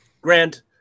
Grant